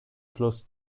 fluss